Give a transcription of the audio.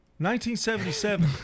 1977